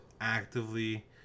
actively